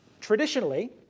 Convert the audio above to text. traditionally